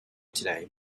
today